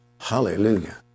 Hallelujah